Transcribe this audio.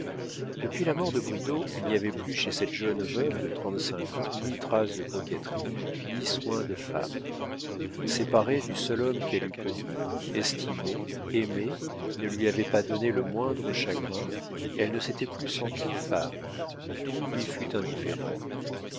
depuis la mort de bridau il n'y avait plus chez cette jeune veuve de trente-cinq ans ni trace de coquetterie ni soin de femme séparée du seul homme qu'elle eût connu estimé aimé qui ne lui avait pas donné le moindre chagrin elle ne s'était plus sentie femme tout lui fut indifférent